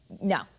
no